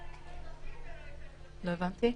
לא הבנתי.